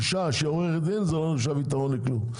אישה שהיא עורכת דין זה לא נחשב יתרון לכלום,